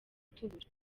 tubura